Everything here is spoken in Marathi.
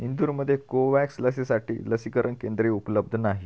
इंदूरमध्ये कोवोवॅक्स लसीसाठी लसीकरण केंद्रे उपलब्ध नाही